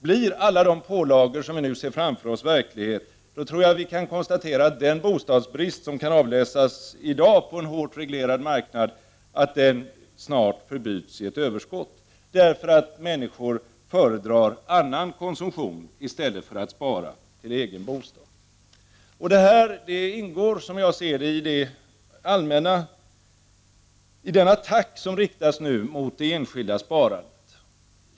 Blir alla de pålagor som vi nu kan se framför oss verklighet, då tror jag att vi kan konstatera att den bostadsbrist som kan avläsas i dag på en hårt reglerad marknad snart förbyts i ett överskott, därför att människor föredrar konsumtion i stället för att spara till egen bostad. Detta ingår, som jag ser det, i den attack som nu riktas mot det enskilda sparandet.